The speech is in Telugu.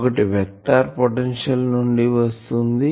ఒకటి వెక్టార్ పొటెన్షియల్ నుండి వస్తుంది